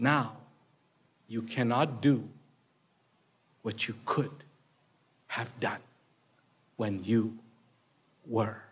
now you cannot do what you could have done when you w